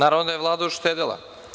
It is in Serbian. Naravno da je Vlada uštedela.